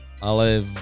Ale